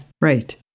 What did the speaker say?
Right